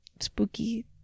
Spooky